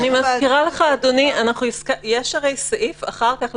אני מזכירה לך, אדוני, יש הרי סעיף אחר כך.